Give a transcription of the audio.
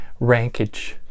rankage